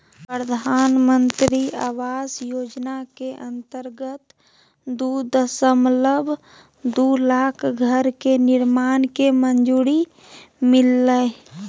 प्रधानमंत्री आवास योजना के अंतर्गत दू दशमलब दू लाख घर के निर्माण के मंजूरी मिललय